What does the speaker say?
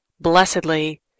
blessedly